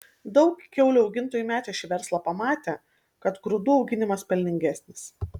daug kiaulių augintojų metė šį verslą pamatę kad grūdų auginimas pelningesnis